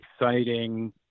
exciting